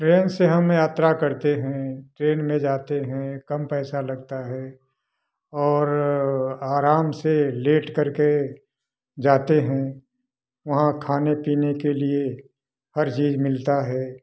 train से हम यात्रा करते हैं ट्रेन में जाते हैं कम पैसा लगता है और आराम से लेटकर के जाते हैं वहाँ खाने पीने के लिए हर चीज मिलता है